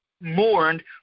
mourned